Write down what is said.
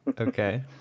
Okay